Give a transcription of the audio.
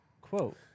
quote